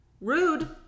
Rude